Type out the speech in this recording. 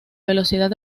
velocidad